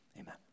Amen